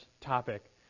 topic